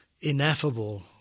ineffable